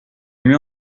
mieux